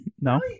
No